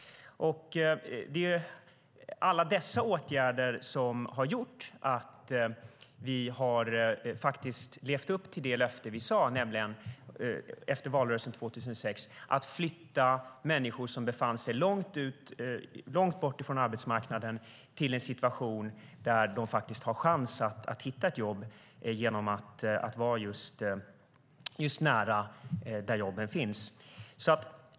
Det är alla dessa åtgärder som har gjort att vi faktiskt har levt upp till de löften vi gav i valrörelsen, att flytta människor som befann sig långt bort från arbetsmarknaden till en situation där de faktiskt har en chans att hitta ett jobb genom att vara just nära jobben.